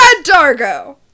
Dargo